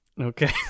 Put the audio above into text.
Okay